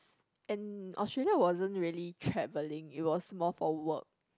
and Australia wasn't really travelling it was more for work